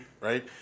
right